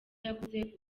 yakoze